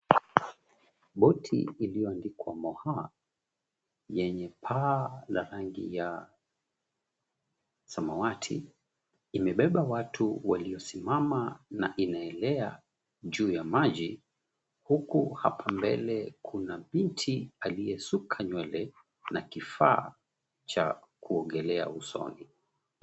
Boti iliyoandikwa Moha, yenye paa la rangi ya samawati. Imebeba watu waliosimama na inaelea juu ya maji. Huku hapa mbele kuna binti aliyesuka nywele, na kifaa cha kuogelea usoni.